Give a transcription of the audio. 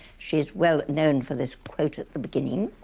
she's well-known for this quote at the beginning.